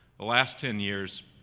the last ten years